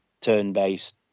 turn-based